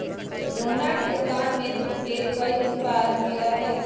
रोहना के दुकान में दूध के कई उत्पाद मिला हई